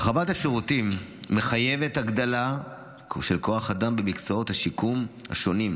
הרחבת השירותים מחייבת הגדלה של כוח אדם במקצועות השיקום השונים.